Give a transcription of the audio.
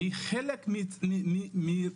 היא חלק מרצף